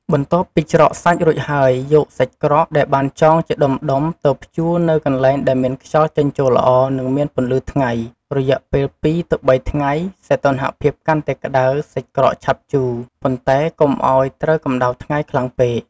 បន្ទាប់ពីច្រកសាច់រួចហើយ យកសាច់ក្រកដែលបានចងជាដុំៗ ទៅព្យួរនៅកន្លែងដែលមានខ្យល់ចេញចូលល្អ និងមានពន្លឺថ្ងៃ រយៈពេល ២ ទៅ ៣ ថ្ងៃ សីតុណ្ហភាពកាន់តែក្ដៅ សាច់ក្រកឆាប់ជូរ ប៉ុន្តែកុំឱ្យត្រូវកម្ដៅថ្ងៃខ្លាំងពេក។